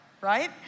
right